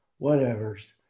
whatevers